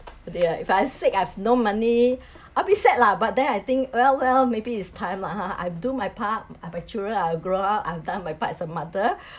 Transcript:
they uh if I sick I've no money I'd be sad lah but then I think well well maybe it's time ah I've do my part my children are grow up I've done my part as a mother